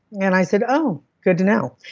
and i said oh, good to know.